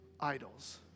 idols